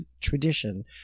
tradition